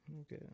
Okay